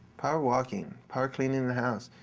power walking. power cleaning the house.